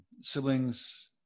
siblings